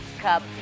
Cup